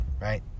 right